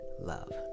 love